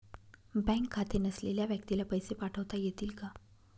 Bank खाते नसलेल्या व्यक्तीला पैसे पाठवता येतील का?